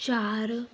ਚਾਰ